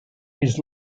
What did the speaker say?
his